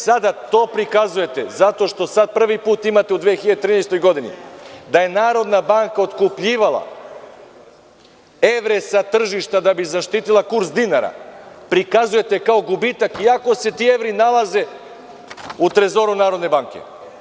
Sada to prikazujete zato što sada prvi put imate u 2013. godini da je Narodna banka otkupljivala evre sa tržišta da bi zaštitila kurs dinara, prikazujete kao gubitak, iako se ti evri nalaze u trezoru Narodne banke.